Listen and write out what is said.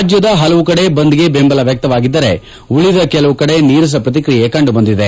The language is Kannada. ರಾಜ್ಯದ ಹಲವು ಕಡೆ ಬಂದ್ಗೆ ಬೆಂಬಲ ವ್ಯಕ್ತವಾಗಿದ್ದರೆ ಇನ್ನು ಕೆಲವೆಡೆ ನೀರಸ ಪ್ರತಿಕ್ರಿಯೆ ಕಂಡುಬಂದಿದೆ